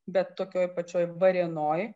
bet tokioj pačioj varėnoj